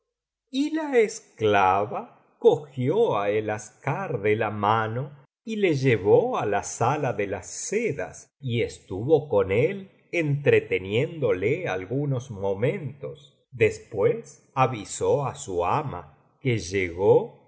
y la esclava cogió á el aschar de la mano y le llevó á la sala de las sedas y estuvo con él entreteniéndole algunos momentos después avisó á su ama que llegó é